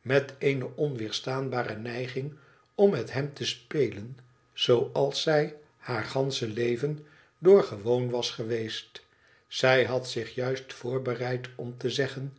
met eene onweerstaanbare neiging om met hem te spelen zooals zij haar gansche leven door gewoon was geweest zij had zich juist voorbereid om te zeggen